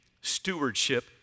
stewardship